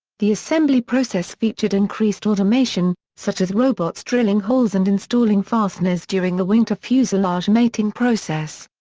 the assembly process featured increased automation, such as robots drilling holes and installing fasteners during the wing-to-fuselage mating process.